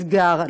אתגר.